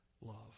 love